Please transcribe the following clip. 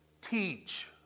Teach